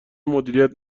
مدیریت